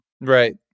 Right